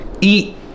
eat